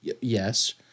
Yes